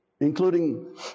including